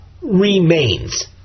remains